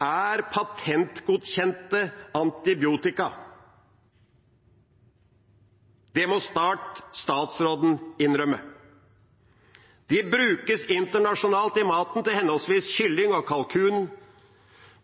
er patentgodkjente antibiotika. Det må statsråden snart innrømme. De brukes internasjonalt i maten til henholdsvis kylling og kalkun,